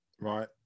Right